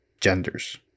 genders